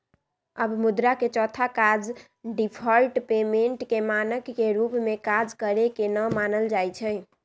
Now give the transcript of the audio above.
अब मुद्रा के चौथा काज डिफर्ड पेमेंट के मानक के रूप में काज करेके न मानल जाइ छइ